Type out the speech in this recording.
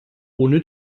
ohne